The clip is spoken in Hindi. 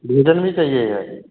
भोजन भी चाहिए है